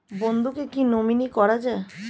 বন্ধুকে কী নমিনি করা যায়?